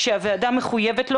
שהוועדה מחויבת לו.